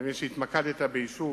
אני מבין שהתמקדת ביישוב